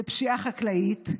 בפשיעה החקלאית,